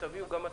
בגדול.